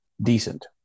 decent